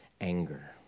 anger